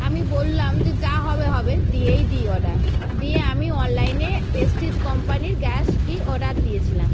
আমি বললাম যে যা হবে হবে দিয়েই দিই অর্ডার দিয়ে আমি অনলাইনে প্রেস্টিজ কোম্পানির গ্যাসটি অর্ডার দিয়েছিলাম